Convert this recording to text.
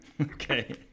Okay